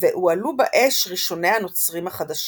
והועלו באש ראשוני "הנוצרים החדשים".